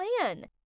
plan